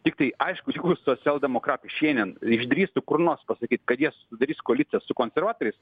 tiktai aišku jeigu socialdemokratai šiandien išdrįstų kur nors pasakyt kad jie sudarys koaliciją su konservatoriais